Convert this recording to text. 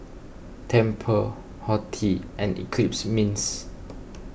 Tempur Horti and Eclipse Mints